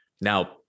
Now